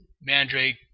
Mandrake